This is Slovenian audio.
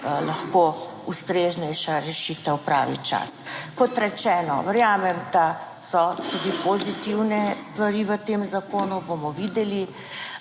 lahko ustreznejša rešitev pravi čas. Kot rečeno, verjamem, da so tudi pozitivne stvari v tem zakonu, bomo videli.